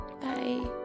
Bye